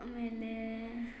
ಆಮೇಲೆ